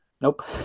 Nope